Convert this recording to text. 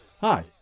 Hi